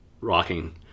rocking